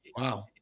wow